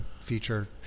feature